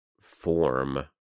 form